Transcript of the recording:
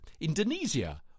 Indonesia